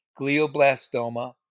glioblastoma